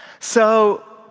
so,